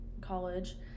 college